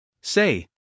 Say